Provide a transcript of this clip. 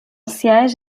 siège